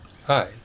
hi